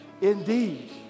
Indeed